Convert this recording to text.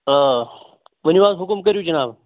آ ؤِنِو حظ حُکُم کٔرِو جِناب